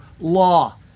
law